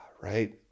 right